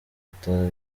bitaro